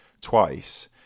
twice